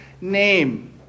name